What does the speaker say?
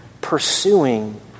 Pursuing